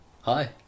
hi